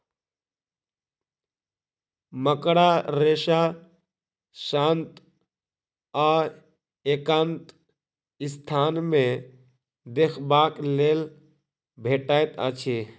मकड़ा रेशा शांत आ एकांत स्थान मे देखबाक लेल भेटैत अछि